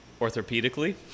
orthopedically